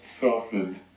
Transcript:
softened